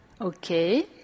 Okay